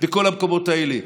בכל המקומות האלה.